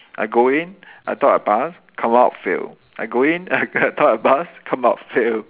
I go in I thought I pass come out fail I go in I thought I pass come out fail